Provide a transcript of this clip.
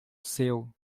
céu